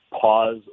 pause